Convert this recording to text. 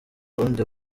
burundi